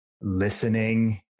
listening